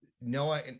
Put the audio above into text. Noah